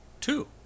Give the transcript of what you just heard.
Two